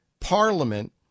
parliament